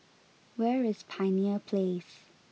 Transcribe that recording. where is Pioneer Place